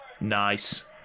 Nice